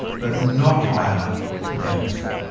but not high enough to damage them.